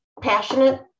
passionate